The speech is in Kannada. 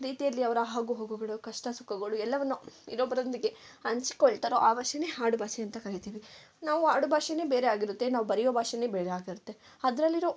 ರೀತಿಯಲ್ಲಿ ಅವರ ಹಾಗು ಹೋಗುಗಳು ಕಷ್ಟ ಸುಖಗಳು ಎಲ್ಲವನ್ನು ಇನ್ನೊಬ್ಬರೊಂದಿಗೆ ಹಂಚಿಕೊಳ್ತಾರೋ ಆ ಭಾಷೇನೇ ಹಾಡು ಭಾಷೆ ಅಂತ ಕರಿತೀವಿ ನಾವು ಆಡುಭಾಷೇನೆ ಬೇರೆ ಆಗಿರುತ್ತೆ ನಾವು ಬರೆಯೋ ಭಾಷೆನೇ ಬೇರೆ ಆಗಿರುತ್ತೆ ಅದರಲ್ಲಿರೋ